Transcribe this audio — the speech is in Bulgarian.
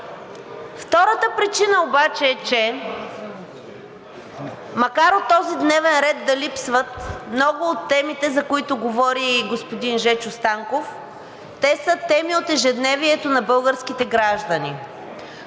Втората причина обаче е, че макар от този дневен ред да липсват много от темите, за които говори господин Жечо Станков, те са теми от ежедневието на българските граждани.